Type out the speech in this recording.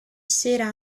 sera